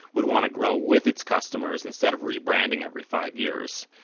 would want to grow with its customers instead of rebranding every five years,